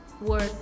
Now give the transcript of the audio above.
work